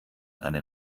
einen